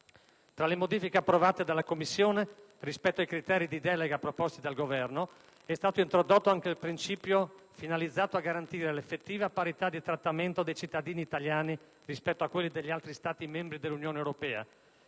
Tra le modifiche approvate dalla Commissione, rispetto ai criteri di delega proposti dal Governo, è stato introdotto anche il principio finalizzato a garantire l'effettiva parità di trattamento dei cittadini italiani rispetto a quelli degli altri Stati membri dell'Unione europea,